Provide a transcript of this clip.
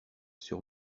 sur